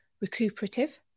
recuperative